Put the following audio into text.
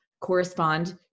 correspond